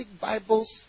Bibles